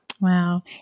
Wow